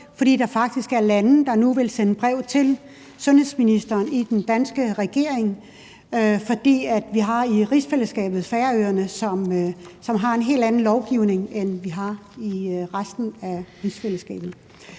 fordi der faktisk er lande, der nu vil sende brev til sundhedsministeren i den danske regering, fordi vi i rigsfællesskabet har Færøerne, som har en helt anden lovgivning, end vi har i resten af rigsfællesskabet.